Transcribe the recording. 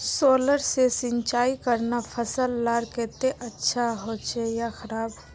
Solar से सिंचाई करना फसल लार केते अच्छा होचे या खराब?